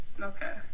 Okay